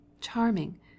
Charming